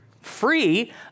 free